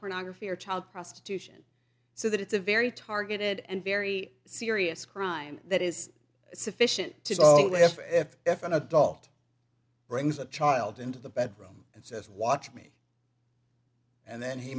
pornography or child prostitution so that it's a very targeted and very serious crime that is sufficient to if if an adult brings a child into the bedroom and says watch me and then he